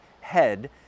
head